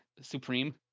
Supreme